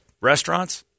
restaurants